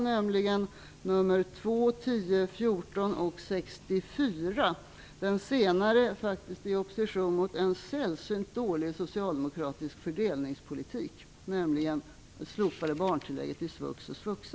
nämligen reservationerna 2, 10, 14 och 64 - den senare faktiskt i opposition mot en sällsynt dålig socialdemokratisk fördelningspolitik, nämligen slopade barntillägget i svux och svuxa.